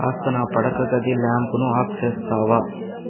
కాస్త నా పడకగది ల్యాంప్ను ఆఫ్ చేస్తావా